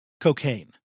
cocaine